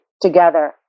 together